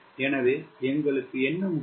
எனவே எங்களுக்கு என்ன முக்கியம்